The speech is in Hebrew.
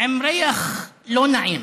עם ריח לא נעים,